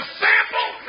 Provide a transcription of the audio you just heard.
sample